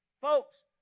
Folks